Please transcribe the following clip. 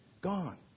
Gone